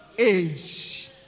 age